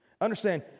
Understand